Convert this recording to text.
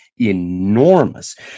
enormous